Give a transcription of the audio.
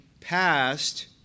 past